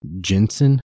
Jensen